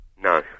No